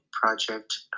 project